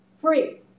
Free